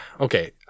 okay